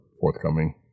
forthcoming